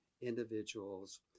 individuals